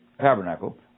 tabernacle